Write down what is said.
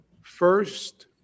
First